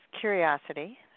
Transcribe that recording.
curiosity